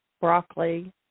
broccoli